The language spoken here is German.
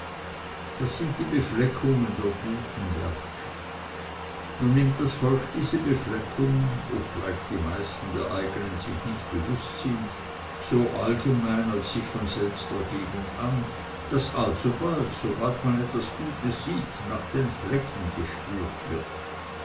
das sind die befleckungen der guten werke nun nimmt das volk diese befleckungen obgleich die meisten der eigenen sich nicht bewußt sind so allgemein als sich von selbst ergebend an daß alsobald sobald man etwas gutes sieht nach den flecken gespürt wird